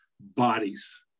bodies